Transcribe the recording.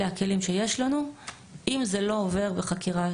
אלה הכלים שיש לנו אם זה לא עובר בציר